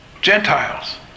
Gentiles